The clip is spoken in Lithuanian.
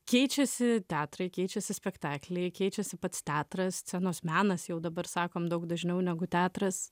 keičiasi teatrai keičiasi spektakliai keičiasi pats teatras scenos menas jau dabar sakom daug dažniau negu teatras